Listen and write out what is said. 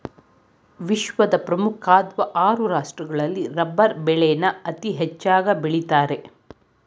ವಿಶ್ವದ ಪ್ರಮುಖ್ವಾಧ್ ಆರು ರಾಷ್ಟ್ರಗಳಲ್ಲಿ ರಬ್ಬರ್ ಬೆಳೆನ ಅತೀ ಹೆಚ್ಚಾಗ್ ಬೆಳಿತಾರೆ